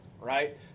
right